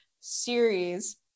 series